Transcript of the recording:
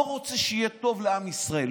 לא רוצה שיהיה טוב לעם ישראל,